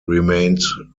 remained